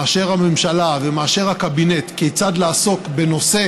מאשר הממשלה ומאשר הקבינט כיצד לעסוק בנושא